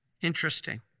Interesting